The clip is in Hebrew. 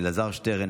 אלעזר שטרן,